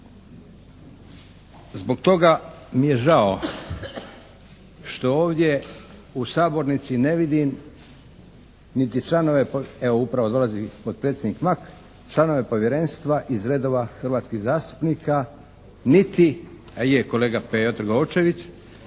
Zbog toga mi je žao što ovdje u sabornici ne vidim niti članove, evo upravo dolazi potpredsjednik Mak, članove povjerenstva iz redova hrvatskih zastupnika niti, a je kolega Pejo Trgovčević,